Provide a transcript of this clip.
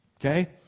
Okay